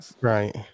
right